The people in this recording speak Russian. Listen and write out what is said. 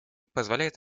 позволяет